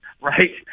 right